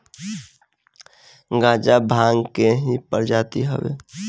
गांजा भांग के ही प्रजाति हवे